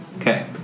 Okay